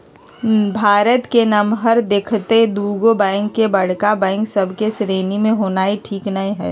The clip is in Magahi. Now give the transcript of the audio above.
भारत के नमहर देखइते दुगो बैंक के बड़का बैंक सभ के श्रेणी में होनाइ ठीक न हइ